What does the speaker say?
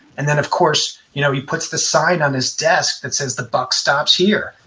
and then, of course, you know, he puts this sign on his desk that says, the buck stops here.